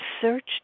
Search